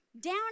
down